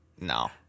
no